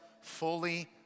fully